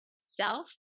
self